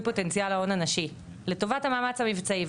פוטנציאל ההון הנשי לטובת המאמץ המבצעי.